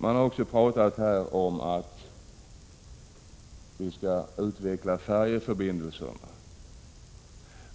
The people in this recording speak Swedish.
Man har här också talat om att vi skall utveckla färjeförbindelserna.